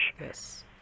Yes